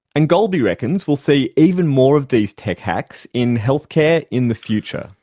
and golby reckons we'll see even more of these tech hacks in healthcare in the future.